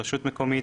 רשות מקומית,